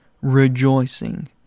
rejoicing